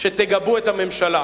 שתגבו את הממשלה.